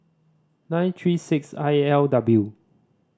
nine three six I L W